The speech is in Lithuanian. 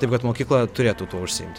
taip kad mokykla turėtų tuo užsiimt